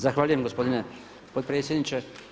Zahvaljujem gospodine potpredsjedniče.